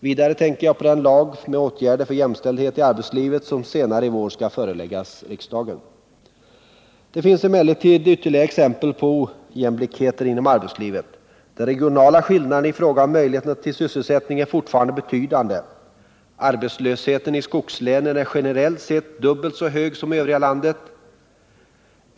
Vidare tänker jag på det förslag till lag med åtgärder för jämställdhet i arbetslivet som senare i vår skall föreläggas riksdagen. Det finns emellertid ytterligare exempel på ojämlikheter inom arbetslivet. De regionala skillnaderna i fråga om möjligheter till sysselsättning är fortfarande betydande. Arbetslösheten i skogslänen är generellt sett dubbelt så hög som i övriga landet.